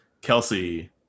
kelsey